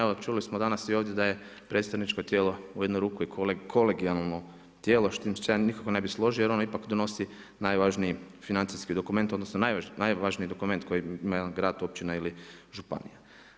Evo čuli smo danas i ovdje da je predstavničko tijelo u jednu ruku i kolegijalno tijelo s čim se ja nikako ne bih složio jer ono ipak donosi najvažniji financijski dokument, odnosno najvažniji dokument koji ima jedan grad, općina ili županija.